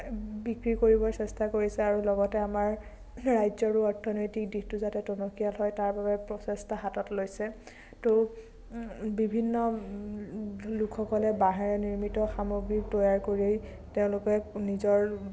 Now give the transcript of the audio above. বিক্ৰী কৰিবৰ চেষ্টা কৰিছে আৰু লগতে আমাৰ ৰাজ্যৰো অৰ্থনৈতিক দিশটো যাতে টনকিয়াল হয় তাৰ বাবে প্ৰচেষ্টা হাতত লৈছে তো বিভিন্ন লোকসকলে বাঁহেৰে নিৰ্মিত সামগ্ৰী তৈয়াৰ কৰি তেওঁলোকে নিজৰ